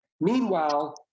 Meanwhile